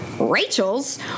Rachel's